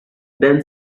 then